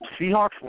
Seahawks